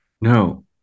No